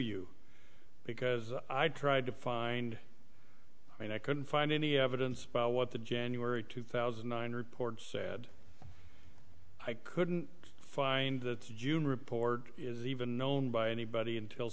you because i tried to find and i couldn't find any evidence what the january two thousand nine hundred port said i couldn't find that june report is even known by anybody until